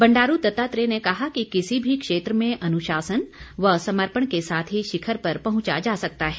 बंडारू दत्तात्रेय ने कहा कि किसी भी क्षेत्र में अनुशासन व समर्पण के साथ ही शिखर पर पहंचा जा सकता है